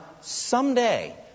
someday